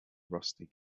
rusty